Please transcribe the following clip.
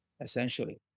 essentially